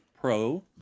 Pro